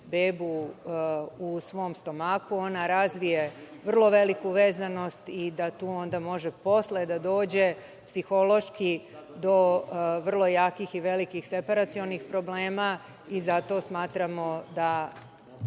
bebu u svom stomaku, ona razvije vrlo veliku vezanost i da tu onda može posle da dođe psihološki do vrlo jakih i velikih separacionih problema i zato smatramo da